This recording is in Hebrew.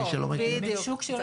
בדיוק.